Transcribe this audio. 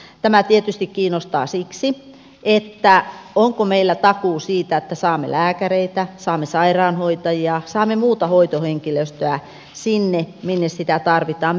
tämä tietysti kiinnostaa siksi että mietin onko meillä takuu siitä että saamme lääkäreitä saamme sairaanhoitajia saamme muuta hoitohenkilöstöä sinne minne sitä tarvitaan myös sosiaalipuolelle